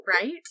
right